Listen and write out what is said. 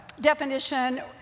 definition